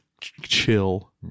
chill